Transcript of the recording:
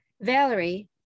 Valerie